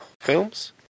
films